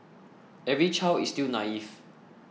every child is still naive